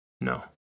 No